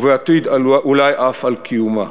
ובעתיד אולי אף על קיומה.